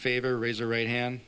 favor razor right hand